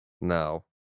No